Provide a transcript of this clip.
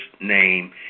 name